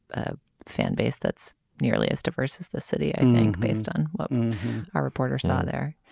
ah fan base that's nearly as diverse as the city i think based on what our reporter saw there.